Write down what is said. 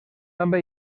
també